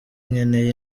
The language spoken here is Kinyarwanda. nkeneye